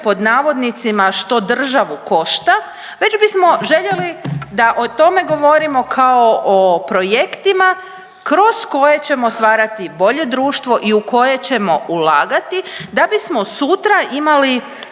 pod navodnicima što državu košta, već bismo željeli da o tome govorimo kao o projektima kroz koje ćemo stvarati bolje društvo i u koje ćemo ulagati da bismo sutra imali